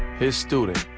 his student,